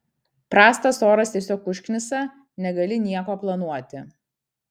prastas oras tiesiog užknisa negali nieko planuoti